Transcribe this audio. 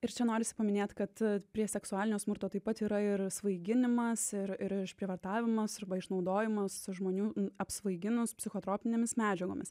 ir čia norisi paminėt kad prie seksualinio smurto taip pat yra ir svaiginimas ir ir išprievartavimas arba išnaudojimas žmonių apsvaiginus psichotropinėmis medžiagomis